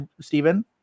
Stephen